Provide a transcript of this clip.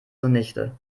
zunichte